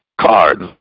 cards